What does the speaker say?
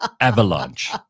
avalanche